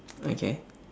okay